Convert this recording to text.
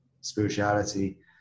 spirituality